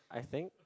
I think